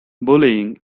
bullying